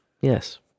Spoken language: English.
Yes